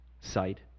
Sight